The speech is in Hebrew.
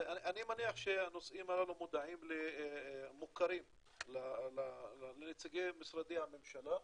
אני מניח שהנושאים הללו מוכרים לנציגי משרדי הממשלה.